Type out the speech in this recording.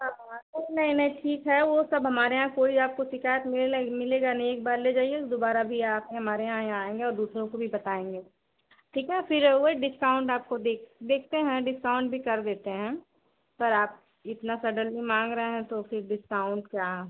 हाँ हाँ नहीं नहीं नहीं ठीक है वह सब हमारे यहाँ कोई आपको शिकायत मिलेगा मिलेगा नहीं एक बार ले जाइए दोबारा भी आप हमारे यहाँ यहाँ आएँगे और दूसरों को भी बताएँगे ठीक है फ़िर वहीं डिस्काउन्ट आपको देक देखते हैं डिस्काउंट भी कर देते हैं पर आप इतना सडनली माँग रहे हैं तो फ़िर डिस्काउन्ट क्या